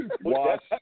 Watch